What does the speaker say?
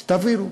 שתעבירו.